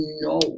no